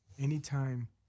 Anytime